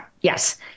yes